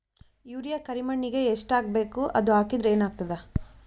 Urea ಕರಿಮಣ್ಣಿಗೆ ಎಷ್ಟ್ ಹಾಕ್ಬೇಕ್, ಅದು ಹಾಕದ್ರ ಏನ್ ಆಗ್ತಾದ?